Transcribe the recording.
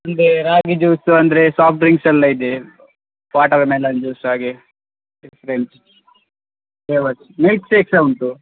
ಅಂದರೆ ರಾಗಿ ಜ್ಯೂಸ್ ಅಂದರೆ soft drinks ಎಲ್ಲ ಇದೆ ವಾಟರ್ಮೆಲನ್ ಜ್ಯೂಸ್ ಹಾಗೆ ಐಸ್ಕ್ರೀಮ್ಸ್ ಫ್ಲೇವರ್ಸ್ ಮಿಲ್ಕ್ಶೇಕ್ ಸಹ ಉಂಟು